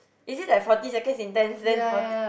is it like forty second intense then forty